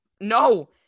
No